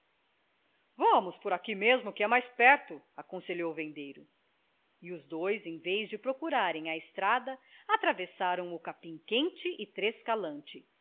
vamos por aqui mesmo que é mais perto aconselhou o vendeiro e os dois em vez de procurarem a estrada atravessaram o capim quente e